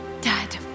Dad